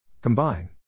Combine